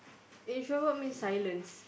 introvert means silence